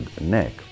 neck